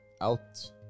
out